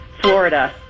Florida